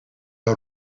een